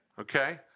okay